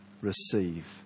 receive